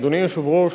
אדוני היושב-ראש,